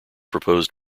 proposed